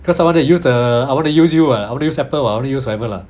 because I want to use the I wanna use you what I want to use apple what I want to use whatever lah